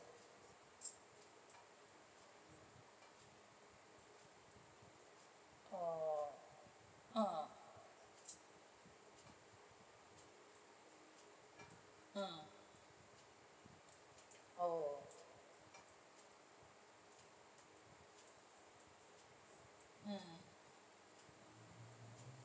oh ah mm oh mm